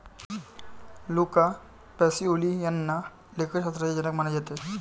Luca Pacioli यांना लेखाशास्त्राचे जनक मानले जाते